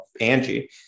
Angie